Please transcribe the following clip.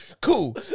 Cool